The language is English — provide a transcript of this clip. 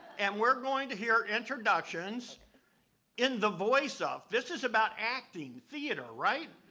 and we're going to hear introductions in the voice of, this is about acting, theater, right?